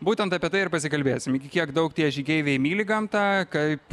būtent apie tai ir pasikalbėsim iki kiek daug tie žygeiviai myli gamtą kaip